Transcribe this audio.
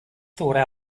thought